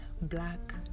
black